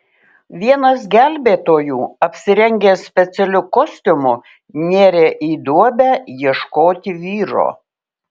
vienas gelbėtojų apsirengęs specialiu kostiumu nėrė į duobę ieškoti vyro